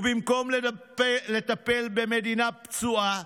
ובמקום לטפל במדינה פצועה,